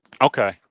Okay